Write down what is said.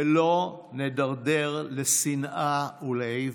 ולא נדרדר לשנאה ולאיבה,